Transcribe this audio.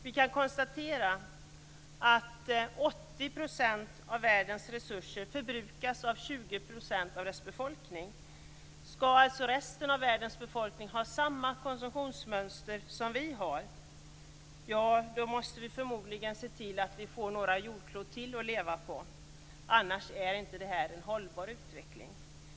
Vi kan konstatera att 80 % av världens resurser förbrukas av 20 % av dess befolkning. Skall alltså resten av världens befolkning har samma konsumtionsmönster som vi har, då måste vi förmodligen se till att vi får några jordklot till att leva på. Annars är inte det här någon hållbar utveckling.